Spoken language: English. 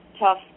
tough